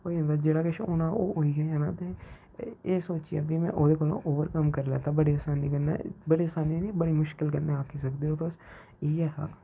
होई जंदा जेह्ड़ा किश होना ओह् होई गै जाना ते ते एह् सोचियै फ्ही में ओह्दे कोलां ओवरकम करी लैता बड़ी असानी कन्नै बड़ी असानी नेईं बड़ी मुश्कल कन्नै आक्खी सकदे ओ तुस इ'यै हा